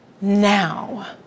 now